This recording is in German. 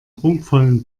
prunkvollen